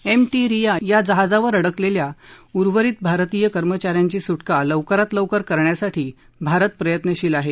M T Riah या जहाजावर अडकलेल्या उर्वरित भारतीय कर्मचा यांची सुटका लवकरात लवकर करण्यासाठी भारत प्रयत्नशील आहे